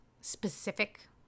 specific